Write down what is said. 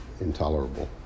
intolerable